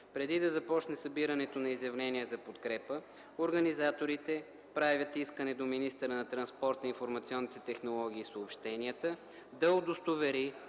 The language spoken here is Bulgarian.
Преди да започне събирането на изявления за подкрепа, организаторите правят искане до министъра на транспорта, информационните технологии и съобщенията да удостовери